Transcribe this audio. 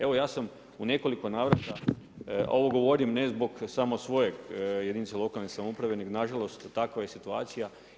Evo ja sam u nekoliko navrata, ovo govorim ne zbog samo svoje jedinice lokalne samouprave, nego na žalost takva je situacija.